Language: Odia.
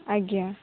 ଆଜ୍ଞା